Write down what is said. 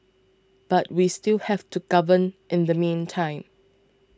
but we still have to govern in the meantime